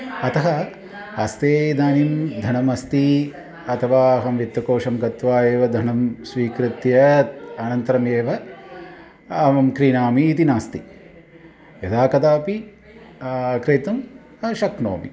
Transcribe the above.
अतः हस्ते इदानिं धनम् अस्ति अथवा अहं वित्तकोशं गत्वा एव धनं स्वीकृत्या अनन्तरमेव अहं क्रीणामि इति नास्ति यदा कदापि क्रेतुं शक्नोमि